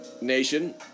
nation